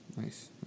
nice